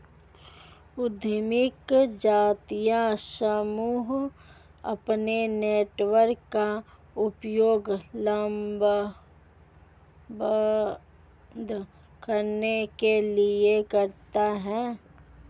उद्यमी जातीय समूह अपने नेटवर्क का उपयोग लामबंद करने के लिए करते हैं